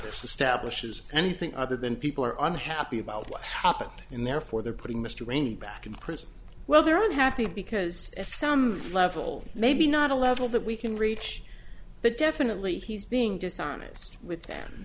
establishes anything other than people are unhappy about what happened in therefore they're putting mr rainy back in prison well they're unhappy because at some level maybe not a level that we can reach but definitely he's being dishonest with them